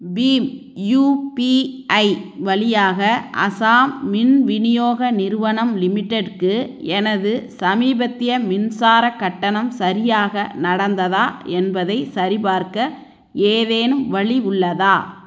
beam UPI வழியாக அஸ்ஸாம் மின் விநியோக நிறுவனம் லிமிட்டெடுக்கு எனது சமீபத்திய மின்சாரக் கட்டணம் சரியாக நடந்ததா என்பதைச் சரிபார்க்க ஏதேனும் வழி உள்ளதா